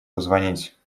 позвонить